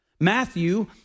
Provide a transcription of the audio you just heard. Matthew